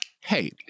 Hey